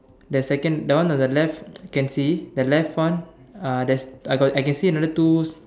the second that one on the left can see the left one uh there's I got I can see another two